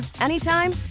anytime